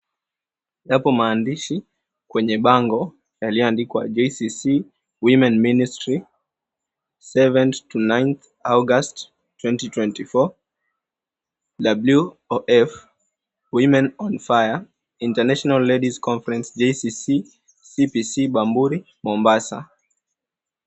Yapo maandishi kwenye bango lililoandikwa JCC women ministry seventh to nineth October 2024 WOF women on fire international ladies conference JCC EPC Bamburi Mombasa.